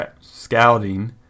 scouting